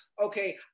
okay